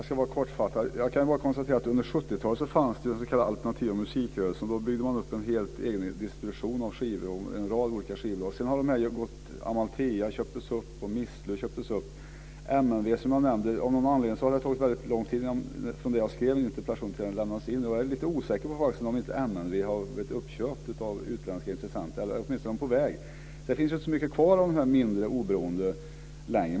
Fru talman! Jag ska vara kortfattad. Under 70 talet fanns den s.k. alternativa musikrörelsen. Då byggde man upp en helt egen distribution av skivor och en rad olika skivbolag. Men sedan har Amaltea och Missle köpts upp. Jag nämnde MNW. Av någon anledning har det tagit väldigt lång tid från det jag skrev den här interpellationen till dess den lämnades in. Jag är lite osäker på det, men jag undrar om inte MNW har blivit uppköpt av utländska intressenter - åtminstone är det på gång. Det finns inte så många kvar av de här mindre oberoende bolagen längre.